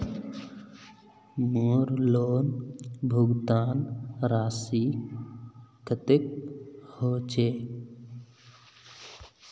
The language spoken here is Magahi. मोर लोन भुगतान राशि कतेक होचए?